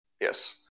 Yes